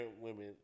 women